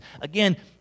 Again